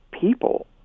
people